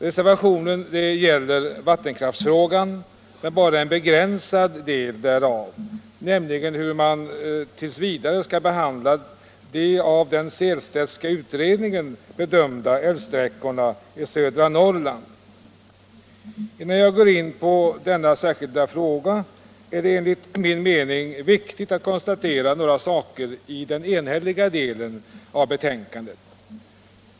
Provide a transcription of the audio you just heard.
Reservationen gäller vattenkraftsfrågan, men bara en begränsad del därav, nämligen hur man vidare skall behandla de av den Sehlstedtska utredningen bedömda älvsträckorna i södra Norrland. Innan jag går in på denna särskilda fråga är det enligt min mening viktigt att konstatera några saker i den enhälliga delen av betänkandet.